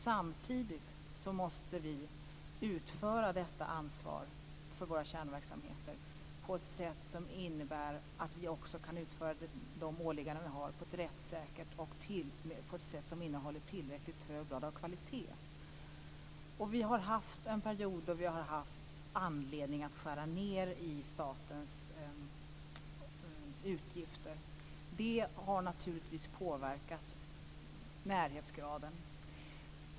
Samtidigt måste vi utföra detta ansvar för våra kärnverksamheter på ett sätt som innebär att vi också kan utföra de åligganden vi har med tillräckligt hög grad av kvalitet. Det har varit en period då vi har haft anledning att skära ned i statens utgifter. Det har naturligtvis påverkat närhetsgraden.